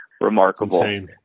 remarkable